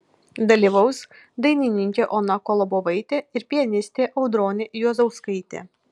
dalyvaus dainininkė ona kolobovaitė ir pianistė audronė juozauskaitė